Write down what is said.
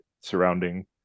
surrounding